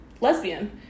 lesbian